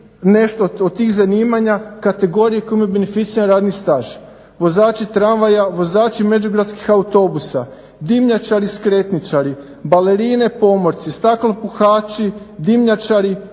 nešto od tih zanimanja, kategorije koje imaju beneficiran radni staž: vozači tramvaja, vozači međugradskih autobusa, dimnjačari, skretničari, balerine, pomorci, staklopuhači, dimnjačari,